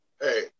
Hey